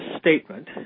statement